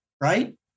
Right